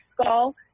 skull